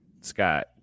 Scott